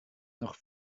noch